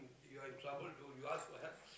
you are in trouble go you ask for help